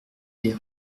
les